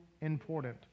important